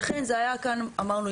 אמרנו,